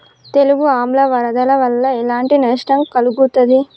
తెగులు ఆమ్ల వరదల వల్ల ఎలాంటి నష్టం కలుగుతది?